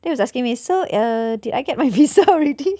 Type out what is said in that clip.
then he was asking me so err did I get my visa already